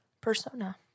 persona